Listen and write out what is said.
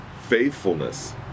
faithfulness